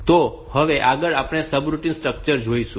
તો હવે આગળ આપણે સબરૂટિન સ્ટ્રક્ચર જોઈશું